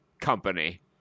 Company